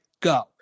go